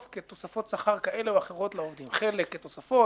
כתוספות שכר כאלה או אחרות לעובדים חלק כתוספות,